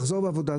לחזור מהעבודה.